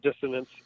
dissonance